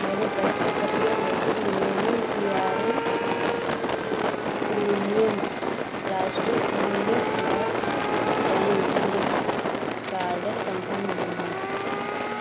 میرے پیسے کٹ گئے لیکن میری T R M premium plastic hanging cloth drying clips کا آرڈر کنفرم نہیں ہوا